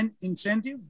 incentive